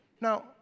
Now